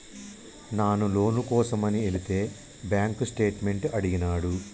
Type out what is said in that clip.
నాను లోను కోసమని ఎలితే బాంక్ స్టేట్మెంట్ అడిగినాడు